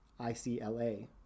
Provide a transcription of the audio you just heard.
ICLA